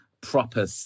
proper